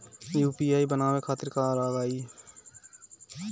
UPI बनावे खातिर का का लगाई?